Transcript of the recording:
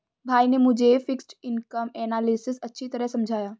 भाई ने मुझे फिक्स्ड इनकम एनालिसिस अच्छी तरह समझाया